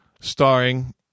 Starring